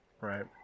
right